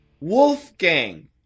Wolfgang